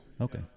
okay